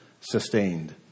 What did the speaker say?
sustained